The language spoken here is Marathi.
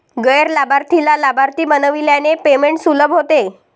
गैर लाभार्थीला लाभार्थी बनविल्याने पेमेंट सुलभ होते